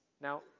now